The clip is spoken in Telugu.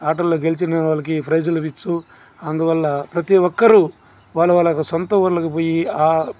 ఆటల్లో గెలిచిన వాళ్లకి ప్రైజులు ఇస్తూ అందువల్ల ప్రతి ఒక్కరు వాళ్ళ వాళ్ళ సొంత ఉళ్ళకి పోయి